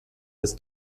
des